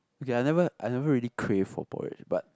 okay I never I never really crave for porridge but